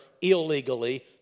illegally